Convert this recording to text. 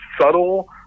subtle